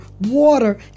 water